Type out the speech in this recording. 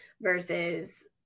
versus